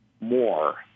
more